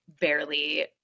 barely